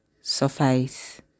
suffice